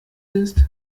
ist